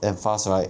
and fast right